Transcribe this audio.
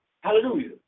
Hallelujah